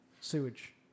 sewage